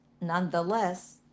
nonetheless